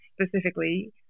specifically